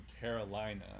Carolina